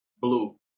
blue